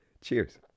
cheers